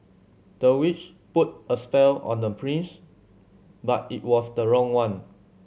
the witch put a spell on the prince but it was the wrong one